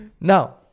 Now